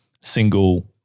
single